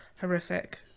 horrific